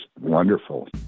wonderful